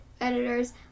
Editors